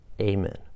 Amen